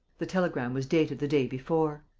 the telegram was dated the day before.